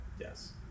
yes